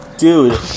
Dude